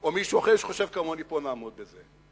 או מישהו אחר שחושב כמוני, נעמוד בזה.